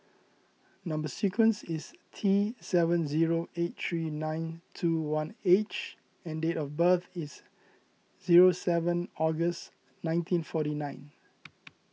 Number Sequence is T seven zero eight three nine two one H and date of birth is zero seven August nineteen forty nine